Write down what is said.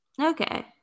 Okay